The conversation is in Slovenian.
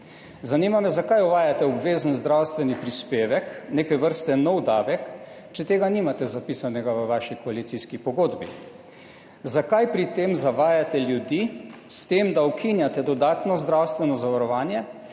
sistema? Zakaj uvajate obvezen zdravstveni prispevek, neke vrste nov davek, če tega nimate zapisanega v vaši koalicijski pogodbi? Zakaj pri tem zavajate ljudi s tem, da ukinjate dodatno zdravstveno zavarovanje?